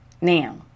Now